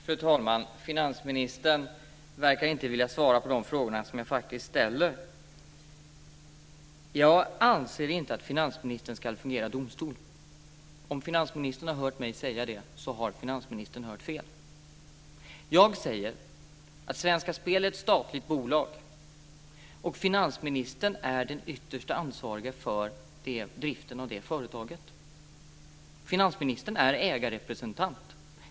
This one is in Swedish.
Fru talman! Finansministern verkar inte vilja svara på de frågor som jag faktiskt ställer. Jag anser inte att finansministern ska fungera som domstol. Om finansministern har hört mig säga det så har finansministern hört fel. Jag säger att Svenska Spel är ett statligt bolag och att finansministern är den ytterst ansvarige för driften av det bolager. Finansministern är ägarrepresentant.